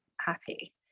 happy